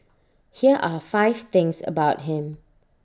here are five things about him